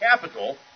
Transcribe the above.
capital